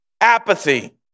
Apathy